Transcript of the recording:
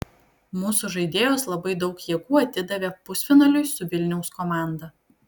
mūsų žaidėjos labai daug jėgų atidavė pusfinaliui su vilniaus komanda